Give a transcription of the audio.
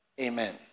Amen